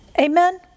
Amen